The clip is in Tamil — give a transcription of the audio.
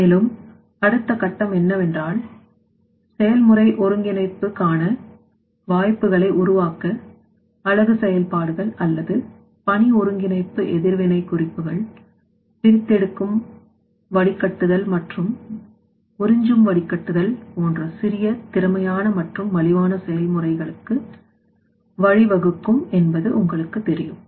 மேலும் அடுத்த கட்டம் என்னவென்றால் செயல்முறை ஒருங்கிணைப்பு காண வாய்ப்புகளை உருவாக்க அலகு செயல்பாடுகள் அல்லது பணி ஒருங்கிணைப்பு எதிர்வினை குறிப்புகள் பிரித்தெடுக்கும் வடிகட்டுதல் மற்றும் உறிஞ்சும் வடிகட்டுதல் போன்ற சிறிய திறமையான மற்றும் மலிவான செயல்முறைகளுக்கு வழிவகுக்கும் என்பது உங்களுக்கு தெரியும்